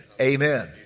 Amen